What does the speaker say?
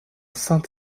saint